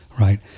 right